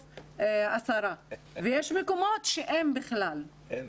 מקבלים 10 ויש מקומות בהם בכלל אין.